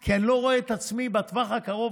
כי אני לא רואה את עצמי בטווח הקרוב-רחוק